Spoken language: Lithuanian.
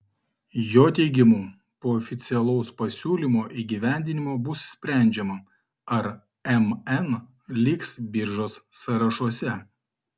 jo teigimu po oficialaus pasiūlymo įgyvendinimo bus sprendžiama ar mn liks biržos sąrašuose